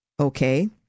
Okay